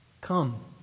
come